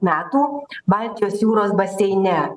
metų baltijos jūros baseine